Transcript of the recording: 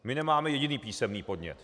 My nemáme jediný písemný podnět.